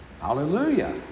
hallelujah